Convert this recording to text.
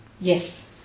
Yes